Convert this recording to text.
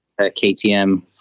KTM